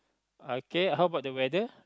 okay how about the weather